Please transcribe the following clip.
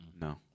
No